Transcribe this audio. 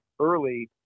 early